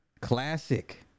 Classic